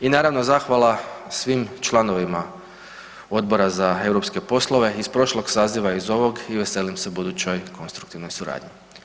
I naravno zahvala svim članovima Odbora za europske poslove iz prošlog saziva i iz ovog i veselim se budućoj konstruktivnoj suradnji.